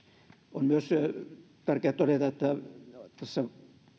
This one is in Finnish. on myös tärkeää todeta että tässä